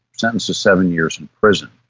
sentenced to seven years in prison.